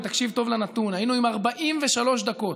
ותקשיב טוב לנתון: היינו עם 43 דקות,